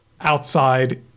outside